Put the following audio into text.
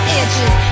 itches